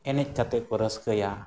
ᱮᱱᱮᱡᱽ ᱠᱟᱛᱮᱫ ᱠᱚ ᱨᱟᱹᱥᱠᱟᱹᱭᱟ